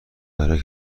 برای